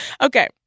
Okay